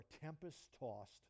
tempest-tossed